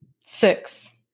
Six